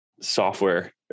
software